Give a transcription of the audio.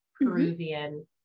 Peruvian